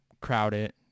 crowded